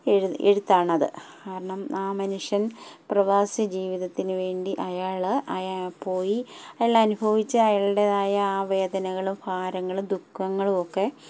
എഴുത്ത് എഴുത്താണ് അത് കാരണം ആ മനുഷ്യൻ പ്രവാസി ജീവിതത്തിന് വേണ്ടി അയാൾ അയാൾ പോയി അയാൾ അനുഭവിച്ച് അയാളുടേതായ ആ വേദനകളും ഭാരങ്ങളും ദുഃഖങ്ങളുമൊക്കെ